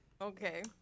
Okay